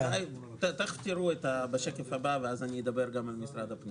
תיכף תראו בשקף הבא ואז אדבר גם על משרד הפנים.